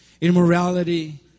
immorality